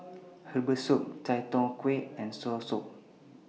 Herbal Soup Chai Tow Kway and Soursop